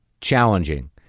challenging